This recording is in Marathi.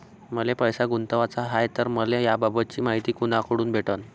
मले पैसा गुंतवाचा हाय तर मले याबाबतीची मायती कुनाकडून भेटन?